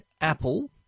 Apple